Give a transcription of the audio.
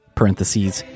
parentheses